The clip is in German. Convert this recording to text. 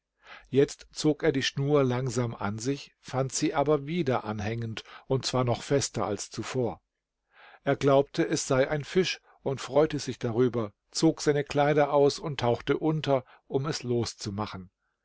jetzt zog er die schnur langsam an sich fand sie aber wieder anhängend und zwar noch fester als zuvor er glaubte es sei ein fisch und freute sich darüber zog seine kleider aus und tauchte unter um es